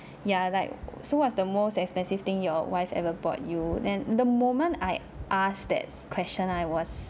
ya like so what's the most expensive thing your wife ever bought you then the moment I ask that question I was